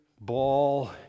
ball